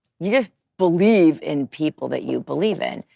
you just believe in people that you believe in,